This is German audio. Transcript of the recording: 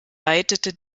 leitete